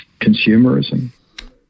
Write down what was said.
consumerism